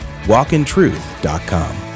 walkintruth.com